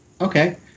Okay